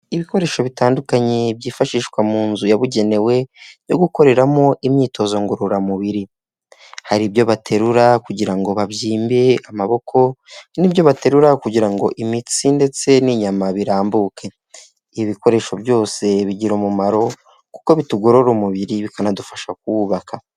Ibikoresho bitandukanye byifashishwa mu nzu yabugenewe, yo gukoreramo imyitozo ngororamubiri, hari ibyo baterura kugira ngo babyimbe amaboko, n'ibyo baterura kugira ngo imitsi ndetse n'inyama birambuke, ibi ibikoresho byose bigira umumaro, kuko bitugorora umubiri bikanadufasha kuwubaka.